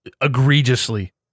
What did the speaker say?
egregiously